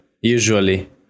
usually